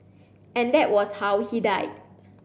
and that was how he died